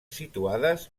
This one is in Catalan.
situades